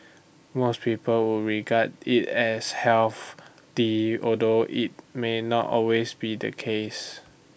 most people would regard IT as health the although IT may not always be the case